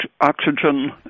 Oxygen